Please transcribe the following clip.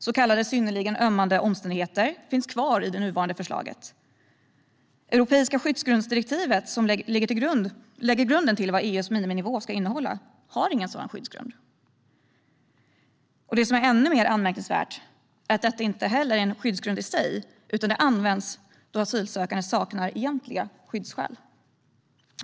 Så kallade synnerligen ömmande omständigheter finns kvar i det nuvarande förslaget. Det europeiska skyddsgrundsdirektivet, som ligger till grund för EU:s miniminivå, har ingen sådan skyddsgrund. Ännu mer anmärkningsvärt är att detta inte heller är en skyddsgrund i sig, utan det används då asylsökande saknar egentliga skyddsskäl.